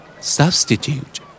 Substitute